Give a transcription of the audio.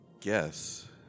guess